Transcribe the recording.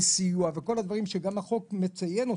סיוע וכל הדברים שהחוק גם מציין.